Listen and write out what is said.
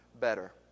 better